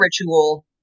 ritual